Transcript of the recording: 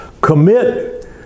Commit